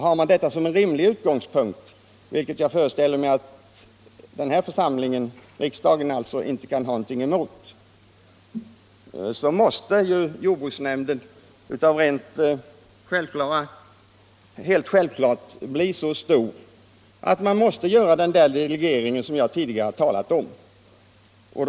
Om man har denna utgångspunkt, vilket jag föreställer mig att denna församling, riksdagen, inte kan ha något emot, måste jordbruksnämndens styrelse självfallet bli så stor att en sådan delegering som jap tidigare talat om måste göras.